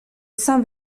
saint